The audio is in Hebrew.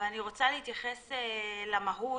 ואני רוצה להתייחס למהות.